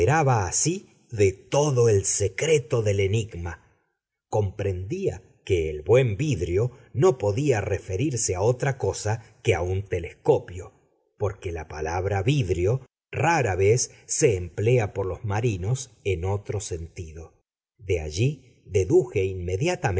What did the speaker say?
así de todo el secreto del enigma comprendía que el buen vidrio no podía referirse a otra cosa que a un telescopio porque la palabra vidrio rara vez se emplea por los marinos en otro sentido de allí deduje